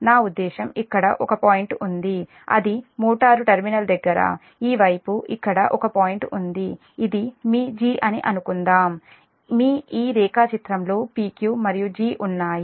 నా ఉద్దేశ్యం ఇక్కడ ఒక పాయింట్ ఉంది అది మోటారు టెర్మినల్ దగ్గర ఈ వైపు ఇక్కడ ఒక పాయింట్ ఉంది ఇది మీ g అని అనుకుందాం మీ ఈ రేఖాచిత్రంలో p q మరియు g ఉన్నాయి